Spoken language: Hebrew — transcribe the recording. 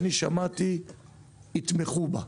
יתמכו בה.